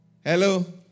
Hello